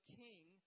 king